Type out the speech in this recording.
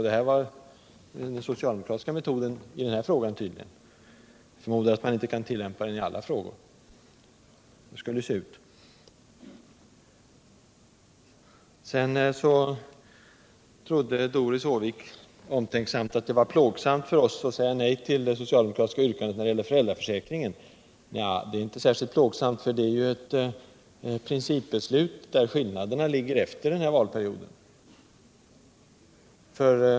Det här var det socialdemokratiska svaret i denna träga. Jag förmodar att man inte kan tullämpa denna metod i alla frågor. Hur skulle det se ut? Doris Håvik trodde omtänksamt nog att det var plågsamt för oss att säga nej till det socialdemokratiska yrkandet när det gäller föräldraförsäkringen. Det är inte särskilt plågsamt, eftersom det gäller ett principbeslut där eventuella skillnader kommer att visa sig efter den här valperioden.